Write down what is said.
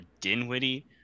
Dinwiddie